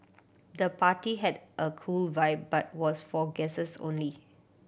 the party had a cool vibe but was for guests only